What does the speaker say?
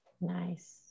Nice